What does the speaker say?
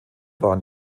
waren